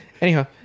Anyhow